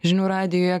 žinių radijuje